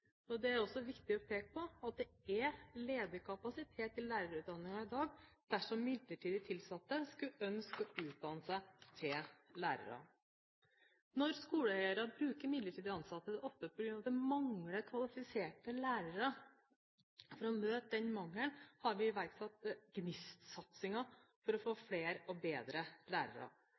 Det er også viktig å peke på at det er ledig kapasitet på lærerutdanningene i dag, dersom midlertidig tilsatte skulle ønske å utdanne seg til lærere. Når skoleeiere bruker midlertidig ansatte, er det ofte på grunn av at det mangler kvalifiserte lærere. For å møte den mangelen, har vi iverksatt GNIST-satsingen for å få flere og bedre lærere.